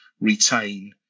retain